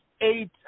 eight